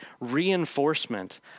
reinforcement